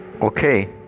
okay